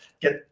get